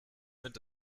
mit